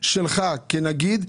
שלך כנגיד?